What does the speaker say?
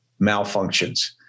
malfunctions